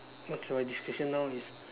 okay my description now is